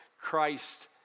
Christ